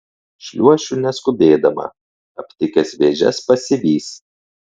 šliuošiu neskubėdama aptikęs vėžes pasivys